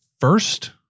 first